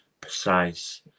precise